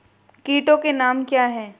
कीटों के नाम क्या हैं?